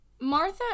Martha